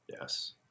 Yes